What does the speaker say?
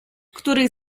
których